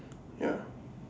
ya